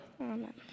amen